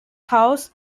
haus